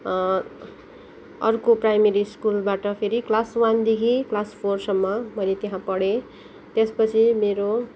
अर्को प्राइमेरी स्कुलबाट फेरि क्लास वनदेखि क्लास फोरसम्म मैले त्यहाँ पढेँ त्यसपछि मेरो